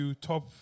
Top